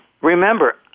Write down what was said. Remember